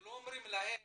לא אומרים להם